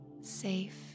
safe